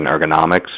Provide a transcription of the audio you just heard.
ergonomics